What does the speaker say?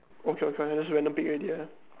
okay okay just random pick already ah